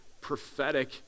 prophetic